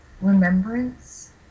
remembrance